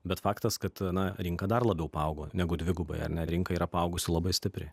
bet faktas kad na rinka dar labiau paaugo negu dvigubai ar ne rinka yra paaugusi labai stipriai